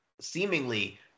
seemingly